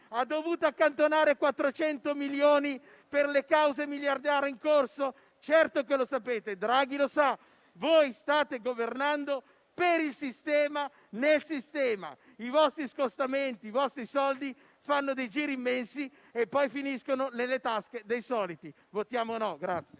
ha dovuto accantonare 400 milioni per le cause miliardarie in corso? Certo che lo sapete, Draghi lo sa! Voi state governando per il sistema, nel sistema. I vostri scostamenti, i vostri soldi fanno dei giri immensi e poi finiscono nelle tasche dei soliti. Votiamo no.